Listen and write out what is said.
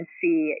see